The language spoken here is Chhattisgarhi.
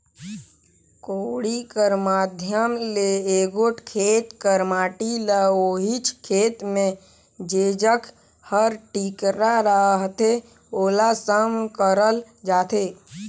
कोड़ी कर माध्यम ले एगोट खेत कर माटी ल ओहिच खेत मे जेजग हर टिकरा रहथे ओला सम करल जाथे